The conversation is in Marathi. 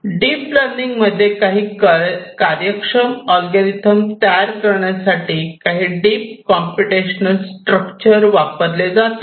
डीप लर्निंग मध्ये काही कार्यक्षम अल्गोरिदम तयार करण्यासाठी काही डीप कॉम्पिटिशनल स्ट्रक्चर वापरले जाते